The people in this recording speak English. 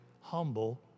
humble